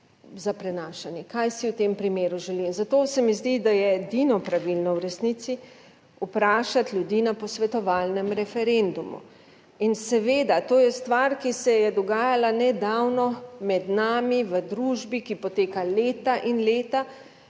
za prenašanje, kaj si v tem primeru želim. In zato se mi zdi, da je edino pravilno v resnici vprašati ljudi na posvetovalnem referendumu. In seveda to je stvar, ki se je dogajala nedavno med nami v družbi, ki poteka leta in leta